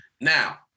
Now